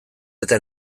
eta